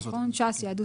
בסעיף 85ג,